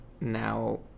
now